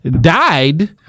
died